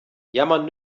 jammern